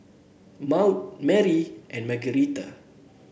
more Maude and Margueritta